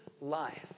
life